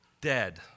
dead